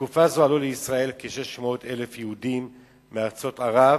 בתקופה זאת עלו לישראל כ-600,000 יהודים מארצות ערב,